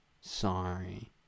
Sorry